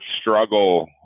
struggle